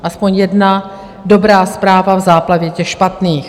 Aspoň jedna dobrá zpráva v záplavě těch špatných.